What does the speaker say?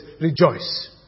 rejoice